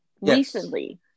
recently